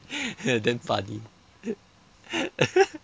damn funny